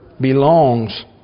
belongs